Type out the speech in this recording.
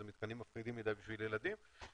אלה מתקנים מפחידים מדי בשביל ילדים,